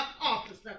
officer